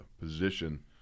position